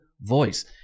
voice